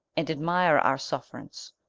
and admire our sufferance.